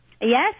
Yes